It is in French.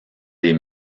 des